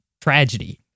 tragedy